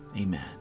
Amen